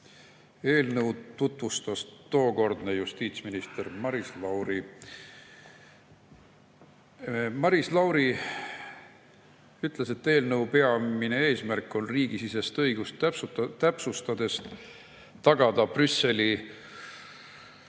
Eelnõu tutvustas tookordne justiitsminister Maris Lauri. Maris Lauri ütles, et eelnõu peamine eesmärk on riigisisest õigust täpsustades tagada keerulise